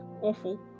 awful